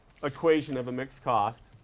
equation of a mixed cost.